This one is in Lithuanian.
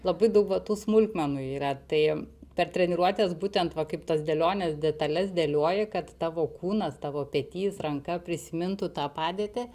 labai daug va tų smulkmenų yra tai per treniruotes būtent va kaip tas dėlionės detales dėlioji kad tavo kūnas tavo petys ranka prisimintų tą padėtį